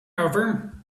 over